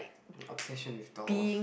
obsession with dolls